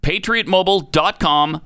PatriotMobile.com